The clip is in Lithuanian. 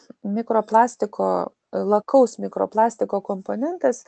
mikroplastiko lakaus mikroplastiko komponentas